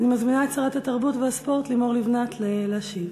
אני מזמינה את שרת התרבות והספורט לימור לבנת להשיב.